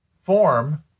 form